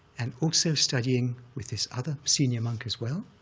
and also studying with this other senior monk as well,